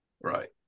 Right